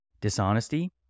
dishonesty